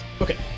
Okay